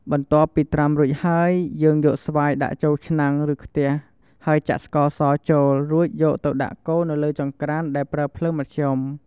បន្ទាប់ពីត្រាំរួចហើយ យើងយកស្វាយដាក់ចូលឆ្នាំង ឬខ្ទះ ហើយចាក់ស្ករសចូល រួចយកទៅដាក់កូរនៅលើចង្ក្រាន្តដែលប្រើភ្លើងមធ្យម។